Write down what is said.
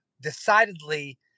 decidedly